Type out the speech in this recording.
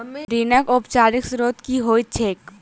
ऋणक औपचारिक स्त्रोत की होइत छैक?